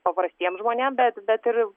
paprastiem žmonėm bet bet ir